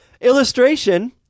Illustration